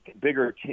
bigger